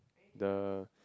the